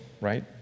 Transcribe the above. right